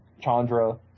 Chandra